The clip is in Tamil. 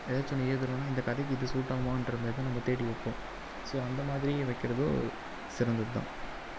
எதாச்சு ஒன்று எழுதுறோன்னா இந்த கதைக்கு இது சூட்டாகுமான்ற மாதிரிதான் நம்ம தேடி வைப்போம் ஸோ அந்த மாதிரி வைக்கிறதும் சிறந்தது தான்